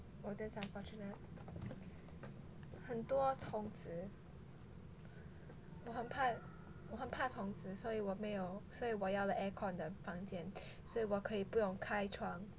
oh that's unfortunate 很多虫子很怕很怕虫子所以我没有所以我要的 air con 的房间所以我可以不用开窗